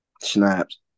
snaps